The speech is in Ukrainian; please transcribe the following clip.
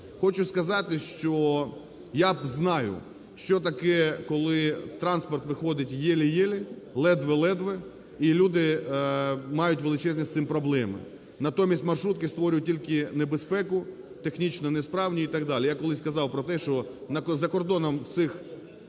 Хочу сказати, що я знаю, що таке, коли транспорт виходить ели-ели, ледве-ледве, і люди мають величезні з цим проблеми. Натомість маршрутки створюють тільки небезпеку, технічно несправні і так далі. Я колись казав про те, що за кордоном в цих